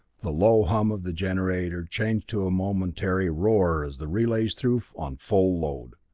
the low hum of the generator changed to a momentary roar as the relays threw on full load.